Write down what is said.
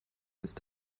ist